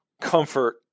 Comfort